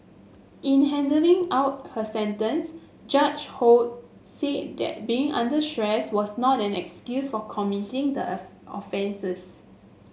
in handing out her sentence Judge Ho said that being under stress was not an excuse for committing the offences